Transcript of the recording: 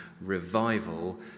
revival